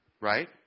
right